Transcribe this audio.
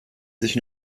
sich